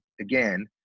again